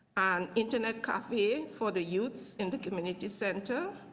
and internet coffee for the youth in the community centre.